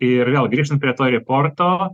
ir vėl grįžtant prie to riporto